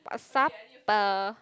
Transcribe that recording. what supper